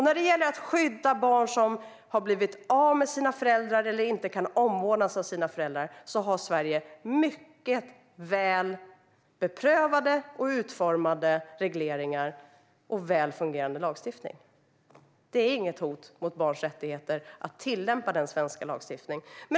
När det gäller att skydda barn som har mist sina föräldrar eller inte kan få omvårdnad av sina föräldrar har Sverige mycket väl utformade och beprövade regler och väl fungerande lagstiftning. Det är inget hot mot barns rättigheter att tillämpa den svenska lagstiftningen.